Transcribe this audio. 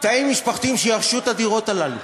משפחתיים שירשו את הדירות הללו.